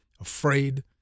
afraid